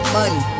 money